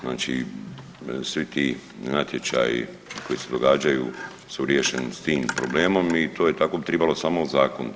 Znači svi ti natječaji koji se događaju su riješeni s tim problemom i to tako bi tribalo samo ozakonit.